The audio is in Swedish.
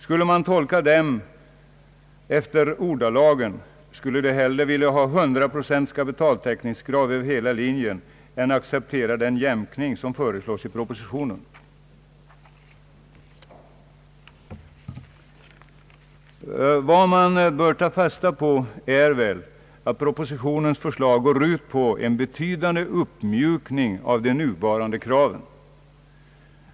Skulle man tolka dem efter ordalagen, skulle de hellre vilja ha 100 procents kapitaltäck ningskrav över hela linjen än acceptera den jämkning som föreslås i propositionen. Vad man bör ta fasta på är väl att propositionens förslag går ut på en betydande uppmjukning av de nuvarande kraven.